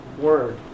word